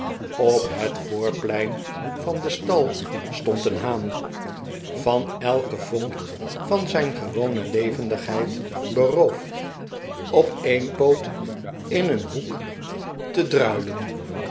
op het voorplein van den stal stond een haan van elke vonk van zijn gewone levendigheid beroofd op een poot in een hoek te druilen